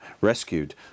rescued